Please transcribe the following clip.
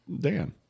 Dan